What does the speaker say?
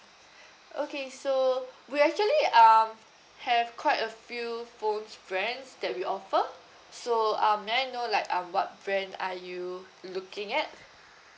okay so we actually um have quite a few phones brands that we offer so um may I know like um what brand are you looking at